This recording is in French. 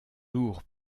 lourd